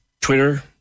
Twitter